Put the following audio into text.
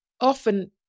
often